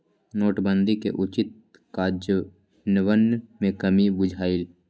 नोटबन्दि के उचित काजन्वयन में कम्मि बुझायल